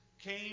came